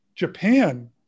Japan